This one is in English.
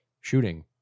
shooting